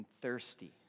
thirsty